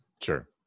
sure